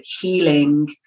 healing